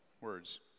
words